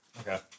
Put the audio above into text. Okay